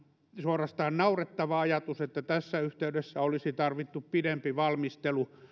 suorastaan naurettava ajatus että tässä yhteydessä olisi tarvittu pidempi valmistelu